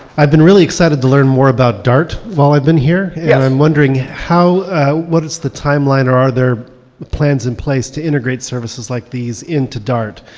i've been really excited to learn more about dart while i've been here. and i'm wondering what is the timeline, or are there plans in place to integrate services like these in to dart?